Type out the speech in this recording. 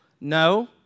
No